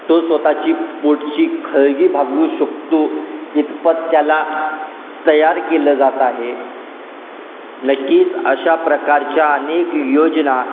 तो स्वत ची पोटची खळगी भागवू शकतो इतपत त्याला तयार केलं जात आहे नक्कीच अशा प्रकारच्या अनेक योजना